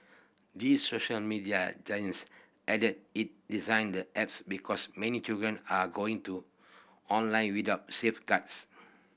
the social media giant added it designed the apps because many children are going to online without safeguards